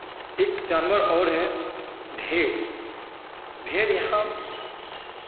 एक जानवर और है भेड़ भेड़ यहाँ